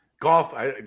Golf